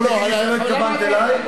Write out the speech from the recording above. אני עד עכשיו לא ידעתי שזה הוא.